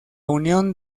unión